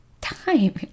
time